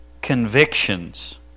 convictions